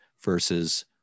versus